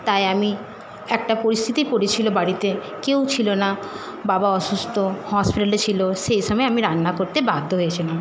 তাই আমি একটা পরিস্থিতি পড়েছিলো বাড়িতে কেউ ছিলো না বাবা অসুস্থ হসপিটালে ছিল সেই সময় আমি রান্না করতে বাধ্য হয়েছিলাম